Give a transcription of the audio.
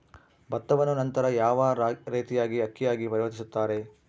ಭತ್ತವನ್ನ ನಂತರ ಯಾವ ರೇತಿಯಾಗಿ ಅಕ್ಕಿಯಾಗಿ ಪರಿವರ್ತಿಸುತ್ತಾರೆ?